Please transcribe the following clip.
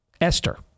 Esther